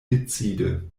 decide